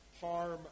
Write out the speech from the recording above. harm